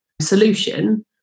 solution